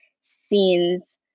scenes